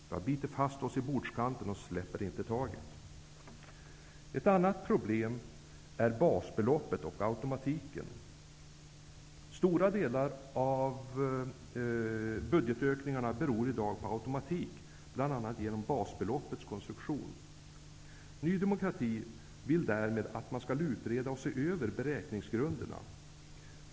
Vi har bitit oss fast i bordskanten och släpper inte taget. Ett annat problem är basbeloppets automatik. Stora delar av budgetökningarna beror i dag på automatik, bl.a. genom basbeloppets konstruktion. Ny demokrati vill därför att man skall se över beräkningsgrunderna.